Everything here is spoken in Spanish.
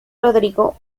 rodrigo